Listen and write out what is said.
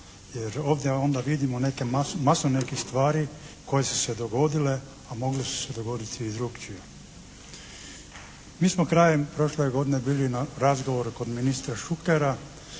jer ovdje onda vidimo masu nekih stvari koje su se dogodile, a mogle su se dogoditi i drukčije. Mi smo krajem prošle godine bili na razgovoru ministra Šukera